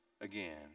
again